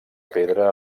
pedra